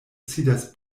sidas